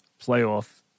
playoff